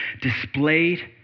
displayed